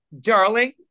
darling